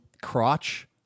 crotch